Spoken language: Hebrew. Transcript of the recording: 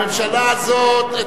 הממשלה הזאת לא עושה חשבון,